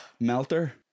Melter